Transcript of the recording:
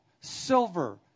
silver